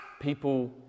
people